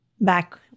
back